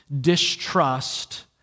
distrust